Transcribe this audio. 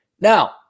Now